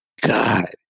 God